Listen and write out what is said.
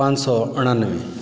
ਪੰਜ ਸੌ ਉਣਾਨਵੇਂ